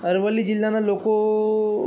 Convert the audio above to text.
અરવલ્લી જિલ્લાના લોકો